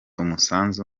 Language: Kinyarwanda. umusanzu